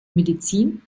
medizin